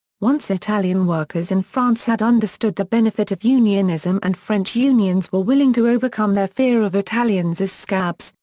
once italian workers in france had understood the benefit of unionism and french unions were willing to overcome their fear of italians as scabs,